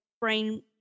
brain